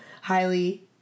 highly